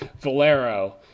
Valero